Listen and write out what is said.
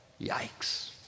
Yikes